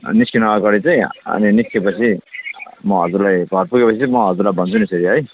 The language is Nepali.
निस्किनु अगाडि चाहिँ अनि निस्केपछि म हजुरलाई घर पुगेपछि चाहिँ म हजुरलाई भन्छु नि फेरि है